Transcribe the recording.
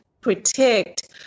protect